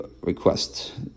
request